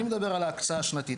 אני מדבר על ההקצאה השנתית.